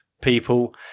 people